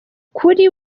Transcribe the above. kuri